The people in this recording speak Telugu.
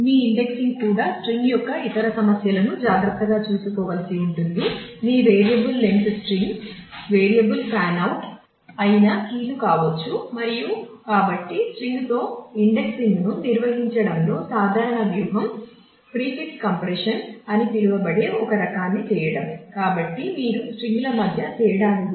మీ ఇండెక్సింగ్ చేయవచ్చు